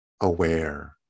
aware